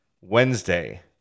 Wednesday